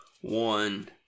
one